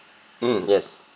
mm yes